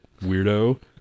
weirdo